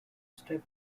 step